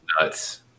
nuts